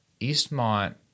Eastmont